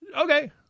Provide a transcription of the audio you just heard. Okay